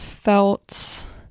felt